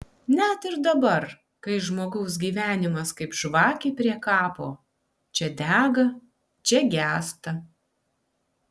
net ir dabar kai žmogaus gyvenimas kaip žvakė prie kapo čia dega čia gęsta